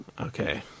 Okay